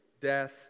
death